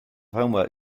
homework